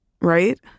right